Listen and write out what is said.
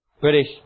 British